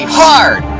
hard